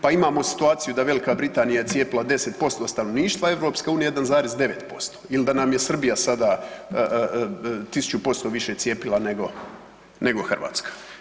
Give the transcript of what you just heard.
Pa imamo situaciju da Velika Britanija je cijepila 10% stanovništva, EU 1,9% ili da nam je Srbija sada 1000% više cijepila nego, nego Hrvatska.